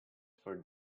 for